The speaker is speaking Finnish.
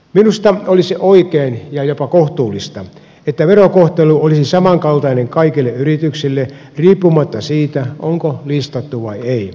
minusta olisi oikein ja jopa kohtuullista että verokohtelu olisi samankaltainen kaikille yrityksille riippumatta siitä onko listattu vai ei